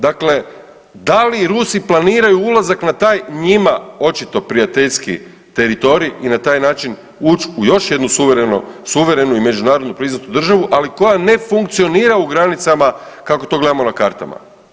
Dakle, da li Rusi planiraju ulazak na taj njima očito prijateljski teritorij i na taj način ući u još jednu suverenu i međunarodno priznatu državu, ali koja ne funkcionira u granicama kako to gledamo na kartama.